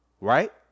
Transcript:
Right